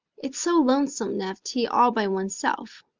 it's so lonesome to have tea all by oneself.